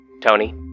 Tony